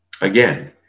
Again